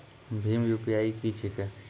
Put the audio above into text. भीम UPI की छीके?